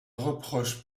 reproche